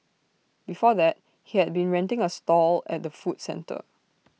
before that he had been renting A stall at the food centre